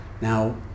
Now